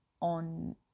on